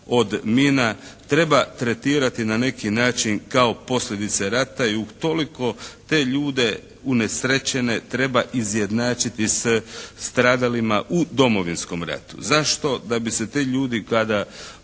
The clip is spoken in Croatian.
od mina treba tretirati na neki način kao posljedice rata i utoliko te ljude unesrećene treba izjednačiti sa stradalima u Domovinskom ratu. Zašto? da bi se ti ljudi kada